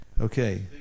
Okay